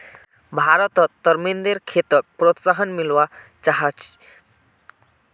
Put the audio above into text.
भारतत तरमिंदेर खेतीक प्रोत्साहन मिलवा चाही